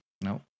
no